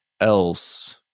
else